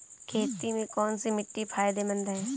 खेती में कौनसी मिट्टी फायदेमंद है?